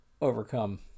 overcome